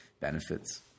benefits